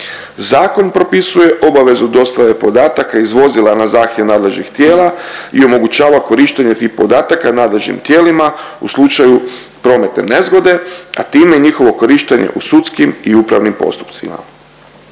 Zakon propisuje obavezu dostave podataka iz vozila na zahtjev nadležnih tijela i omogućava korištenje … podataka nadležnim tijelima u slučaju prometne nezgode, a time njihovo korištenje u sudskim i upravnim postupcima.